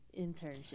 internship